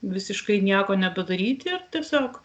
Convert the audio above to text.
visiškai nieko nebedaryti ir tiesiog